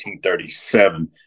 1937